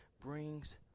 brings